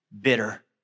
bitter